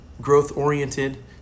growth-oriented